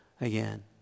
again